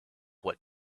what